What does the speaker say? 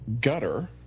Gutter